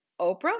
Oprah